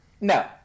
No